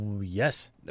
Yes